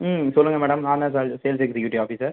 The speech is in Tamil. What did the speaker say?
ம் சொல்லுங்கள் மேடம் நான்தான் சே சேல்ஸ் எக்ஸிக்யூட்டிவ் ஆஃபீஸர்